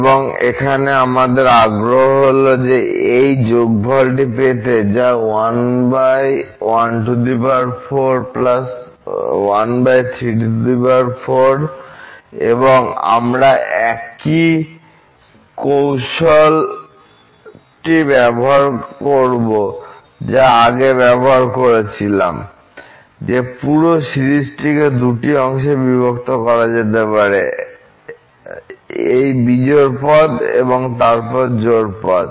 এবং এখানে আমাদের আগ্রহ হল এই যোগফলটি পেতে যা 1 14 1 34 এবং আমরা একই কৌশলটি ব্যবহার করব যা আগে ব্যবহার করা হয়েছিল যে পুরো সিরিজটিকে দুটি অংশে বিভক্ত করা যেতে পারে এই বিজোড় পদ এবং তারপর জোড় পদ